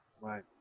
Right